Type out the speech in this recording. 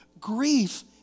grief